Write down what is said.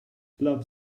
love